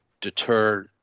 deter